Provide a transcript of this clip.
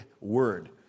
word